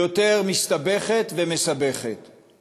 היא מסתבכת ומסבכת יותר.